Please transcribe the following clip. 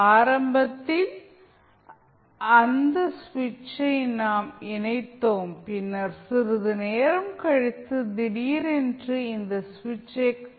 ஆரம்பத்தில் இந்த சுவிட்சை நாம் இணைத்தோம் பின்னர் சிறிது நேரம் கழித்து திடீரென்று இந்த சுவிட்சைத் துண்டித்து விட்டோம்